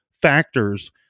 factors